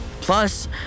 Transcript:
Plus